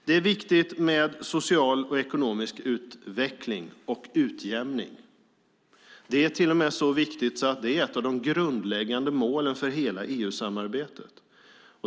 Det är viktigt med social och ekonomisk utveckling och utjämning. Det är till och med så viktigt att det är ett av de grundläggande målen för hela EU-samarbetet.